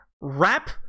rap